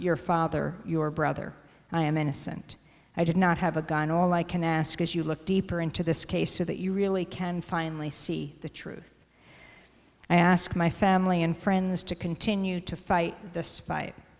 your father your brother i am innocent i did not have a gun all i can ask is you look deeper into this case so that you really can finally see the truth i asked my family and friends to continue to fight